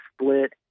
split